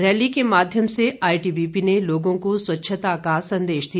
rally के माध्यम से आईटीबीपी ने लोगों को स्वच्छता का संदेश दिया